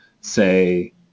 say